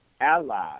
allies